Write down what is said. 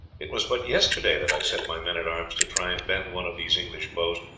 it was but yesterday that i set my men-at-arms to try and bend one of these english bows,